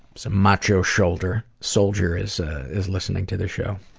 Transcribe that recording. some macho shoulder soldier is is listening to the show.